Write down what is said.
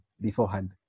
beforehand